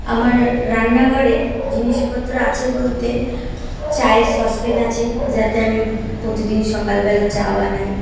আমার রান্নাঘরে জিনিসপত্র আছে বলতে চায়ের সসপ্যান আছে যাতে আমি প্রতিদিন সকালবেলা চা বানাই